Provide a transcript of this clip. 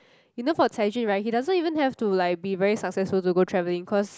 you know for Cai-Jun right he doesn't even have to like be very successful to go traveling cause